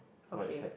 okay